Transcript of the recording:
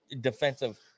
defensive